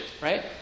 right